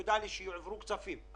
נודע לי שיועברו כספים.